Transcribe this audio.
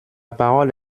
parole